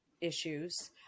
issues